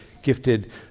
gifted